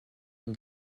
une